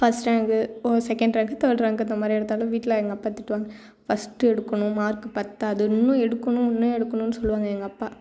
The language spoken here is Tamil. first rank second rank third rank அந்த மாதிரி எடுத்தாலும் வீட்டில் எங்கள் அப்பா திட்டுவாங்க ஃபர்ஸ்ட்டு எடுக்கணும் மார்க்கு பத்தாது இன்னும் எடுக்கணும் இன்னும் எடுக்கணும் சொல்வாங்க எங்கள் அப்பா